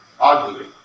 ugly